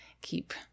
keep